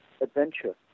adventure